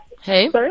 Hey